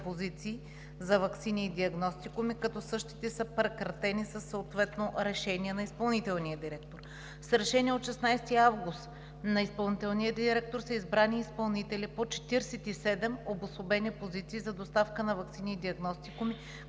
за ваксини и диагностикуми, като същите са прекратени със съответно решение на изпълнителния директор. С Решение от 16 август на изпълнителния директор са избрани изпълнители по 47 обособени позиции за доставка на ваксини и диагностикуми,